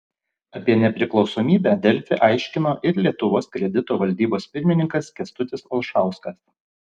apie nepriklausomybę delfi aiškino ir lietuvos kredito valdybos pirmininkas kęstutis olšauskas